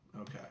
Okay